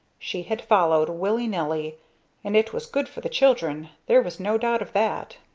she had followed, willy nilly and it was good for the children there was no doubt of that.